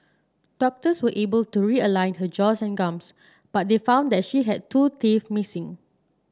doctors were able to realign her jaws and gums but they found that she had two teeth missing